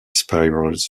spirals